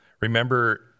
Remember